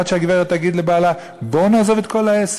עד שהגברת תגיד לבעלה: בוא נעזוב את כל העסק.